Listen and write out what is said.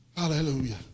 Hallelujah